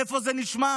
איפה זה נשמע?